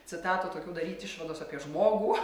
citatų tokių daryt išvados apie žmogų